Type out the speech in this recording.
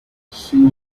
she